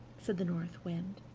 said the north wind.